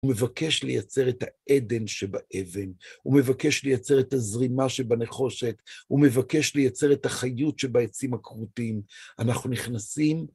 הוא מבקש לייצר את העדן שבאבן, הוא מבקש לייצר את הזרימה שבנחושת, הוא מבקש לייצר את החיות שבעצים הקרוטים. אנחנו נכנסים...